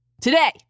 today